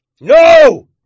No